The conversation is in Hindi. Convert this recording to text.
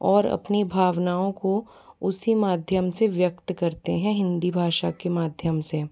और अपनी भावनाओं को उसी माध्यम से व्यक्त करते हैं हिंदी भाषा के माध्यम से